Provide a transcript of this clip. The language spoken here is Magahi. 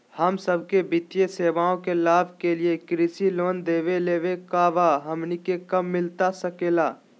हम सबके वित्तीय सेवाएं के लाभ के लिए कृषि लोन देवे लेवे का बा, हमनी के कब मिलता सके ला?